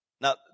Now